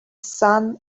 sun